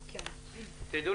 תדעו,